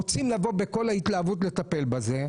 רוצים לבוא בכל ההתלהבות לטפל בזה,